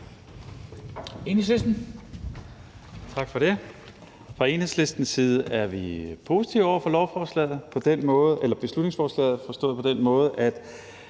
Enhedslisten.